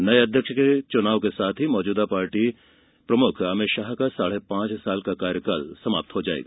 नये अध्यक्ष के चुनाव के साथ ही मौजूदा पार्टी प्रमुख अमित शाह का साढ़े पांच साल का कार्यकाल समाप्त हो जाएगा